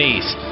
East